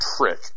trick